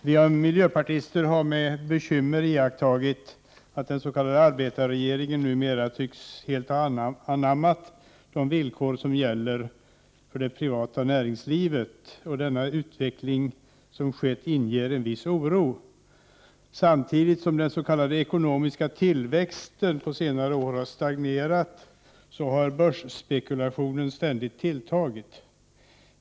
Herr talman! Vi miljöpartister har med bekymmer iakttagit att den s.k. arbetarregeringen numera tycks ha helt anammat de villkor som gäller för det privata näringslivet. Denna utveckling inger en viss oro. Samtidigt som den s.k. ekonomiska tillväxten på senare år har stagnerat har börsspekulationen ständigt tilltagit.